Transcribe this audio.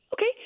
Okay